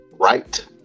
right